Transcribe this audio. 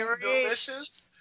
delicious